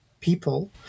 people